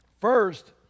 First